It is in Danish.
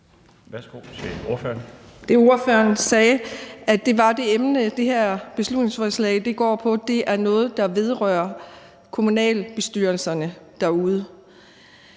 Bagge Hansen (M): Det, ordføreren sagde, var, at det emne, det her beslutningsforslag handler om, er noget, der vedrører kommunalbestyrelserne derude.